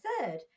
third